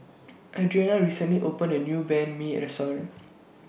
Adrianna recently opened A New Banh MI Restaurant